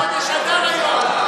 ראש חודש אדר היום.